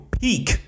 peak